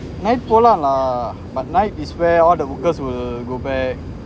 night போலாம்களா:polamgala lah but night is when all the workers will go back